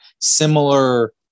similar